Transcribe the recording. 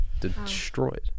destroyed